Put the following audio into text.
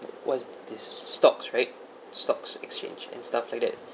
what is this stocks right stocks exchange and stuff like that